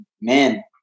man